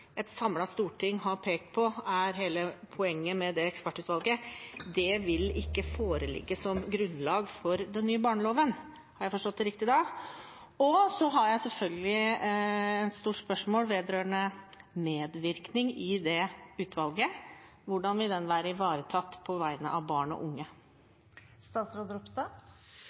et samlet storting, har pekt på er hele poenget med det ekspertutvalget, vil ikke foreligge som grunnlag for den nye barnevernsloven. Har jeg forstått det riktig da? Og så har jeg selvfølgelig et stort spørsmål vedrørende medvirkning i det utvalget. Hvordan vil den være ivaretatt på vegne av barn og unge?